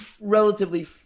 relatively